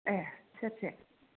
ए सेरसे